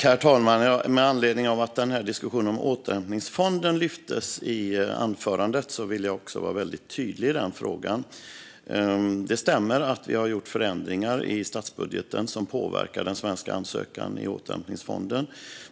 Herr talman! Med anledning av att diskussionen om återhämtningsfonden togs upp i anförandet vill jag vara väldigt tydlig i den frågan. Det stämmer att vi har gjort förändringar i statsbudgeten som påverkar den svenska ansökan i återhämtningsfonden.